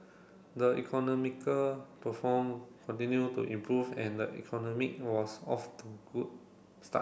the economical perform continued to improve and the economic was off to good